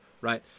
right